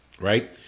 right